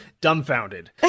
dumbfounded